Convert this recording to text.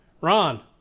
Ron